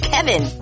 Kevin